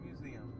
Museum